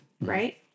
right